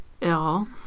ill